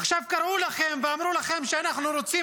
עכשיו קראו לכם ואמרו לכם: אנחנו רוצים